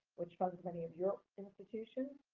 which funds many of your institutions.